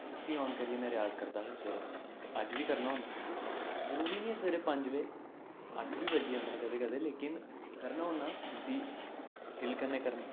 उसी आन करियै में रेयाज करदा हा सवेरै ते अज्ज बी करना होन्नां जरूरी निं ऐ सवेरै पंज बजे अट्ठ बी बज्जी जंदे कदें कदें लेकिन करना होन्नां उसी दिल कन्नै करना